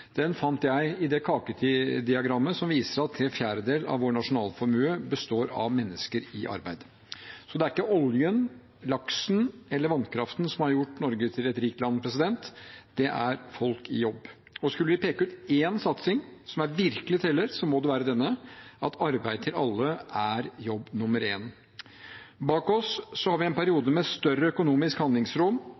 fant jeg i det kakediagrammet som viser at tre fjerdedeler av vår nasjonalformue består av mennesker i arbeid. Så det er ikke oljen, laksen eller vannkraften som har gjort Norge til et rikt land – det er folk i jobb. Og skulle vi peke ut en satsing som virkelig teller, må det være denne: at arbeid til alle er jobb nummer én. Bak oss har vi en periode med større økonomisk handlingsrom